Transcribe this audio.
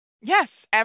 Yes